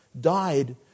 died